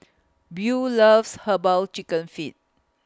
Buel loves Herbal Chicken Feet